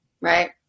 right